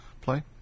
play